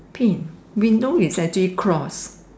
paint window is actually cross